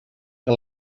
que